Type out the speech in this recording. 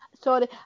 Sorry